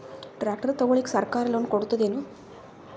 Tractor ತಗೊಳಿಕ ಸರ್ಕಾರ loan ಕೊಡತದೇನು?